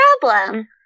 problem